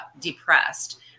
depressed